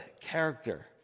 character